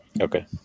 Okay